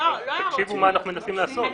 אבל תקשיבו מה אנחנו מנסים לעשות.